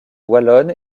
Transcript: wallonne